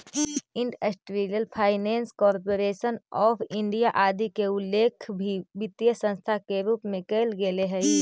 industrial Finance Corporation of India आदि के उल्लेख भी वित्तीय संस्था के रूप में कैल गेले हइ